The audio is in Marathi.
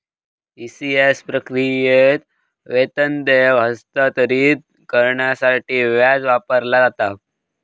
ई.सी.एस प्रक्रियेत, वेतन देयके हस्तांतरित करण्यासाठी व्याज वापरला जाता